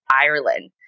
Ireland